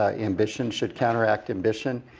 ah ambition should counteract ambition.